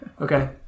Okay